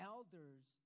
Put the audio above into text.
Elders